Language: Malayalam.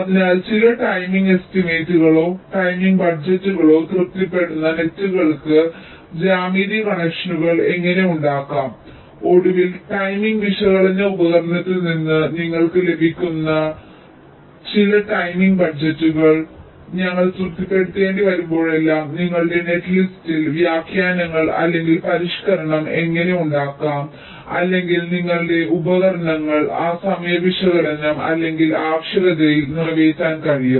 അതിനാൽ ചില ടൈമിംഗ് എസ്റ്റിമേറ്റുകളോ ടൈമിംഗ് ബഡ്ജറ്റുകളോ തൃപ്തിപ്പെടുന്ന നെറ്റ്കൾക്കുള്ള ജ്യാമിതി കണക്ഷനുകൾ എങ്ങനെ ഉണ്ടാക്കാം ഒടുവിൽ ടൈമിംഗ് വിശകലന ഉപകരണത്തിൽ നിന്ന് നിങ്ങൾക്ക് ലഭിക്കുന്ന ചില ടൈമിംഗ് ബജറ്റുകൾ ഞങ്ങൾ തൃപ്തിപ്പെടുത്തേണ്ടിവരുമ്പോഴെല്ലാം നിങ്ങളുടെ നെറ്റ്ലിസ്റ്റിൽ വ്യാഖ്യാനങ്ങൾ അല്ലെങ്കിൽ പരിഷ്ക്കരണം എങ്ങനെ ഉണ്ടാക്കാം അല്ലെങ്കിൽ നിങ്ങളുടെ ഉപകരണങ്ങളിൽ ആ സമയ വിശകലനം അല്ലെങ്കിൽ ആവശ്യകതകൾ നിറവേറ്റാൻ കഴിയും